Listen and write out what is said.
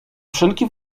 wszelki